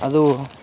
ಅದು